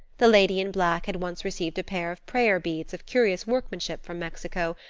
the lady in black had once received a pair of prayer-beads of curious workmanship from mexico,